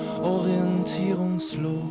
orientierungslos